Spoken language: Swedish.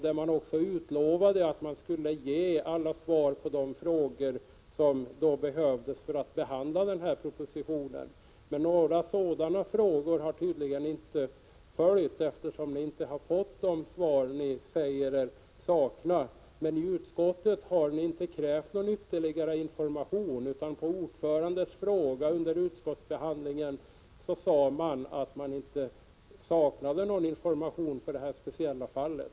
Där utlovades alla de svar på frågor som behövdes för att behandla propositionen, men några sådana frågor har tydligen inte följt, eftersom ni inte har fått de svar ni säger er sakna. I utskottet har ni i alla fall inte krävt någon ytterligare information, utan på ordförandens fråga under utskottsbehandlingen uppgav ni att ingen information saknades för det här speciella fallet.